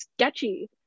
sketchy